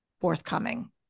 forthcoming